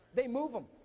they move em!